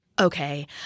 Okay